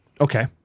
Okay